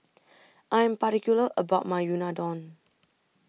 I'm particular about My Unadon